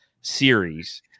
series